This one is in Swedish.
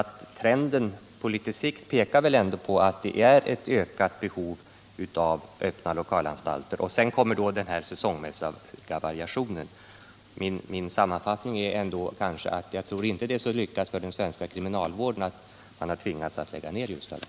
Men trenden på litet sikt pekar väl ändå på ett ökat behov av öppna lokalanstalter, oavsett den här säsongmässiga variationen. Min sammanfattning är ändå att jag inte tror att det är så lyckligt för den svenska kriminalvården att man har tvingats lägga ned Ljustadalen.